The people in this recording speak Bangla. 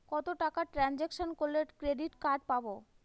কত টাকা ট্রানজেকশন করলে ক্রেডিট কার্ড পাবো?